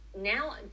now